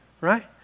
right